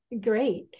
great